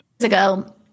ago